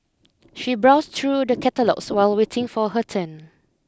she browsed through the catalogues while waiting for her turn